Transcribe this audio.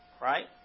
Right